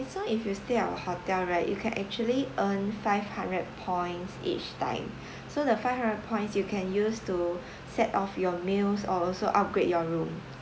so if you stay at our hotel right you can actually earn five hundred points each time so the five hundred points you can use to set off your meals or also upgrade your room